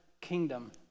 kingdom